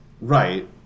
Right